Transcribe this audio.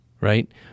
right